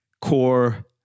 core